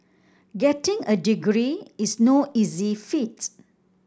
getting a degree is no easy feat